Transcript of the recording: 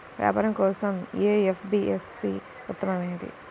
వ్యాపారం కోసం ఏ ఎన్.బీ.ఎఫ్.సి ఉత్తమమైనది?